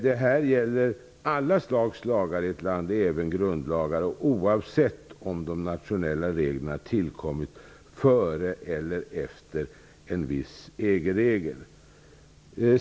Det här gäller alla slags lagar i ett land, även grundlagar, och oavsett om de nationella reglerna har tillkommit före eller efter en viss EG-regel.